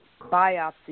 biopsy